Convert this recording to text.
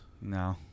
No